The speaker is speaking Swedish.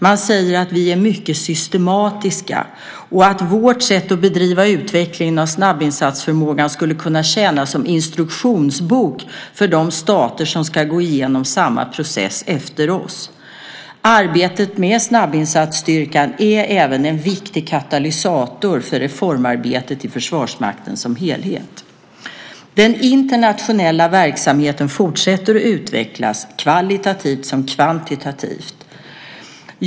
Man säger att vi är mycket systematiska och att vårt sätt att bedriva utvecklingen av snabbinsatsförmågan skulle kunna tjäna som instruktionsbok för de stater som ska gå igenom samma process efter oss. Arbetet med snabbinsatsstyrkan är även en viktig katalysator för reformarbetet i Försvarsmakten som helhet. Den internationella verksamheten fortsätter att utvecklas, kvalitativt som kvantitativt.